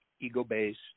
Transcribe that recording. ego-based